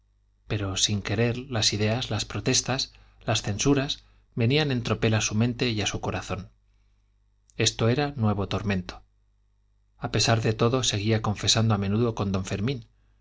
pero sin querer las ideas las protestas las censuras venían en tropel a su mente y a su corazón esto era nuevo tormento a pesar de todo seguía confesando a menudo con don fermín